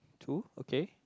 two okay